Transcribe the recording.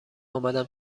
آمدم